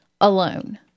alone